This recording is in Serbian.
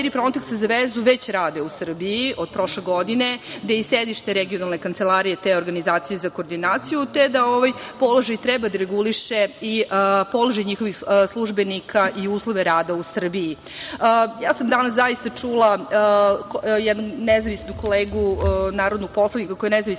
Fronteksa za vezu već rade u Srbiji od prošle godine, da im je sedište regionalne kancelarije, te organizacije za koordinaciju, te da ovaj položaj treba da reguliše i položaj njihovih službenika i uslove rada u Srbiji. Ja sam danas zaista čula, jednog nezavisnog kolegu, koji je nezavisni